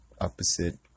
opposite